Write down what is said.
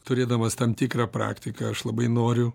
turėdamas tam tikrą praktiką aš labai noriu